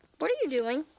what are you doing?